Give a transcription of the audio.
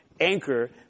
anchor